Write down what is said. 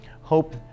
Hope